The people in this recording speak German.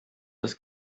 das